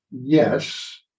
yes